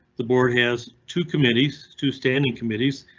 the board has two committees to standing committees,